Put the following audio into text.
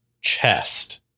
chest